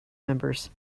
members